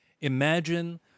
Imagine